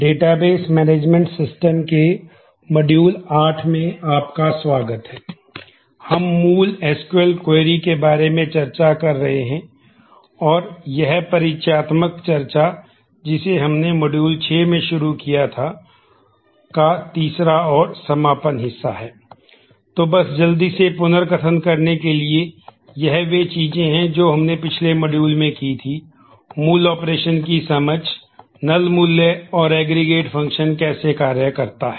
database management system 6 में शुरू किया था का तीसरा और समापन हिस्सा है तो बस जल्दी से पुनर्कथन करने के लिए यह वे चीजें हैं जो हमने पिछले मॉड्यूल में की थीं मूल ऑपरेशन कैसे कार्य करता है